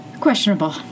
Questionable